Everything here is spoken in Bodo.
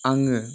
आङो